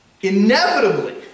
inevitably